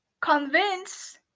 convince